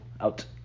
out